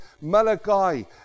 malachi